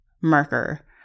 marker